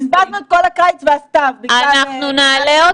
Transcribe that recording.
בזבזנו את כל הקיץ והסתיו בגלל קיפאון.